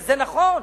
וזה נכון.